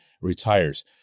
retires